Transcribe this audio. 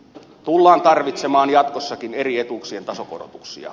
tullaan tarvitsemaan jatkossankin eri etuuksien tasokorotuksia